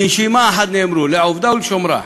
בנשימה אחת, נאמרו: לעובדה, ולשומרה.